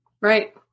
Right